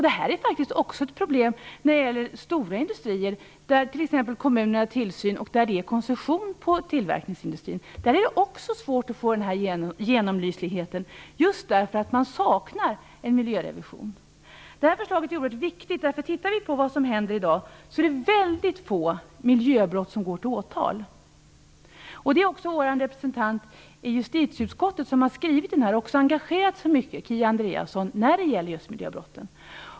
Det här är faktiskt också ett problem när det gäller stora industrier, där t.ex. kommunen har tillsyn och där det är koncession på tillverkningsindustrin. Där är det också svårt att få den här genomlysligheten, just därför att man saknar en miljörevision. Det här förslaget är oerhört viktigt. Tittar vi på vad som händer i dag är det väldigt få miljöbrott som går till åtal. Det är Miljöpartiets representant i justitieutskottet, Kia Andreasson, som har skrivit den här motionen och engagerat sig mycket när det gäller just miljöbrotten.